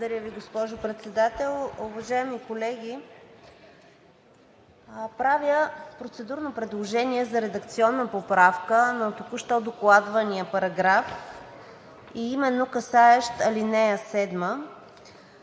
Благодаря Ви, госпожо Председател. Уважаеми колеги, правя процедурно предложение за редакционна поправка на току-що докладвания параграф, именно касаещ ал. 7.